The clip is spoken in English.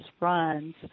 runs